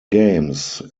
games